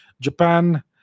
Japan